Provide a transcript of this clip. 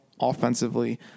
offensively